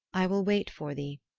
i will wait for thee,